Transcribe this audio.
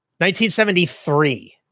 1973